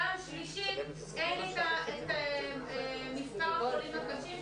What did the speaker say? פעם שלישית, אין את מספר החולים הקשים.